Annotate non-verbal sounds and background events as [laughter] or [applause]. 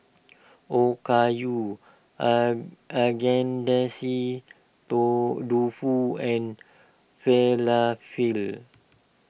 Okayu [hesitation] Agedashi [unintelligible] Dofu and Falafel